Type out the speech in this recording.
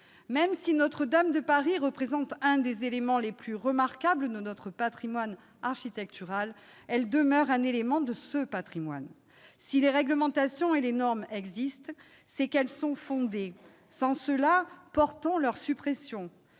Même si Notre-Dame de Paris représente un des édifices les plus remarquables de notre patrimoine architectural, elle en demeure un élément. Si les réglementations et les normes existent, c'est qu'elles sont fondées ; sinon, proposons leur suppression